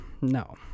No